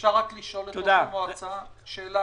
אפשר רק לשאול את ראש המועצה שאלה?